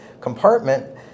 compartment